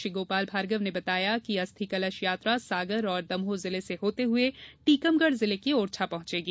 श्री गोपाल भार्गव ने बताया कि अस्थिकलश यात्रा सागर और दमोह जिले से होते हुए टीकमगढ़ जिले के ओरछा पहुंचेगी